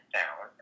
down